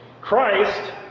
Christ